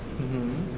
mmhmm